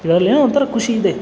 ಇದರಲ್ಲೇ ಒಂಥರ ಖುಷಿ ಇದೆ